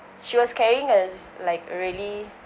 she was carrying a like really